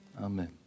Amen